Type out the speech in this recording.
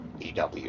EW